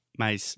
mas